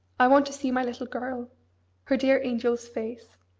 i want to see my little girl her dear angel's face.